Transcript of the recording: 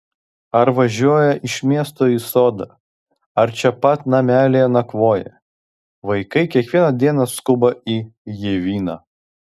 ar važiuoja iš miesto į sodą ar čia pat namelyje nakvoja vaikai kiekvieną dieną skuba į ievyną